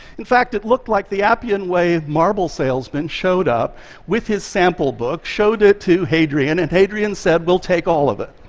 in fact, it looked like the appian way marble salesman showed up with his sample book, showed it to hadrian, and hadrian said, we'll take all of it.